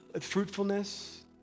fruitfulness